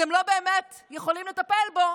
אתם לא באמת יכולים לטפל בו,